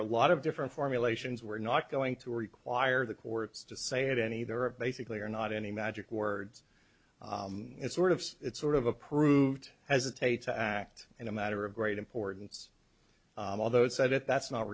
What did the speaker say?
a lot of different formulations we're not going to require the courts to say it any there are basically are not any magic words it's sort of it's sort of approved as a tape to act in a matter of great importance although it said it that's not